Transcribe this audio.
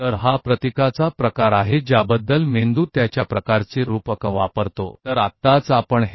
तो यह प्रतीक का प्रकार है जो मस्तिष्क रूपकों के बारे में अपनी तरह का उपयोग करता है